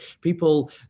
people